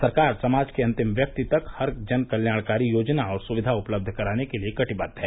सरकार समाज के अन्तिम व्यक्ति तक हर जन कल्याणकारी योजना और सुविधा उपलब्ध कराने के लिये कटिबद्द है